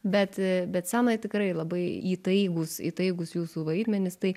bet bet scenoj tikrai labai įtaigūs įtaigūs jūsų vaidmenys tai